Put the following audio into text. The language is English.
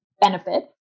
benefit